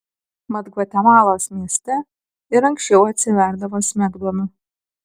mat gvatemalos mieste ir anksčiau atsiverdavo smegduobių